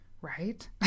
Right